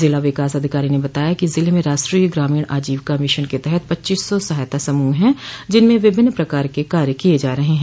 जिला विकास अधिकारी ने बताया कि जिले में राष्ट्रीय ग्रामीण आजीविका मिशन के तहत पच्चीस सौ सहायता समूह है जिनमें विभिन्न प्रकार के कार्य किये जा रहे हैं